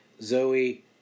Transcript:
Zoe